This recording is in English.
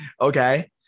okay